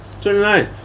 Twenty-nine